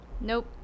Nope